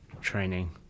training